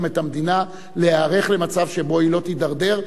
את המדינה להיערך למצב שבו היא לא תידרדר.